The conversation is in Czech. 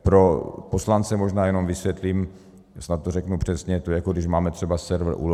Pro poslance možná jenom vysvětlím, snad to řeknu přesně, to je, jako když máme třeba server Ulož.